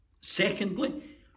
Secondly